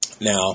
Now